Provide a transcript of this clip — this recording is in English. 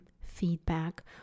feedback